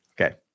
Okay